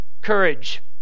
courage